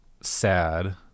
sad